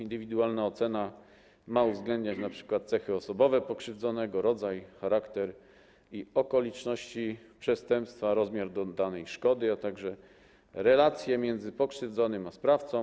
Indywidualna ocena ma uwzględniać np.: cechy osobowe pokrzywdzonego, rodzaj, charakter i okoliczności przestępstwa, rozmiar doznanej szkody, a także relację między pokrzywdzonym a sprawcą.